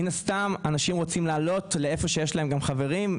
מן הסתם אנשים רוצים לעלות למקומות בהם יש להם חברים,